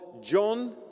John